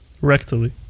Rectally